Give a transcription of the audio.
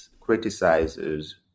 criticizes